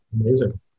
Amazing